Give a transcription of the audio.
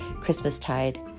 Christmastide